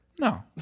no